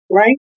right